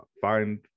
find